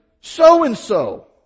so-and-so